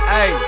Hey